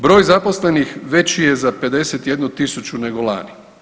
Broj zaposlenih veći je za 51.000 nego lani.